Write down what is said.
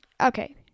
Okay